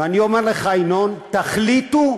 אני אומר לך, ינון, תחליטו,